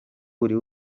buri